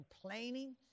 complaining